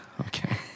Okay